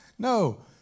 No